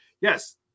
yes